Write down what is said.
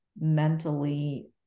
mentally